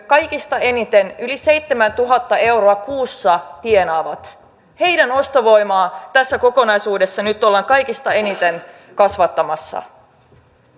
kaikista eniten yli seitsemäntuhatta euroa kuussa tienaavat heidän ostovoimaansa tässä kokonaisuudessa nyt ollaan kaikista eniten kasvattamassa